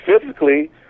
physically